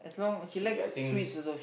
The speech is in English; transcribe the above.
she I think